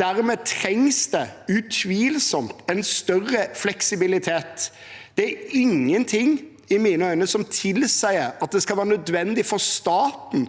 Dermed trengs det utvilsomt en større fleksibilitet. Det er ingenting i mine øyne som tilsier at det skal være nødvendig for staten